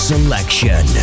Selection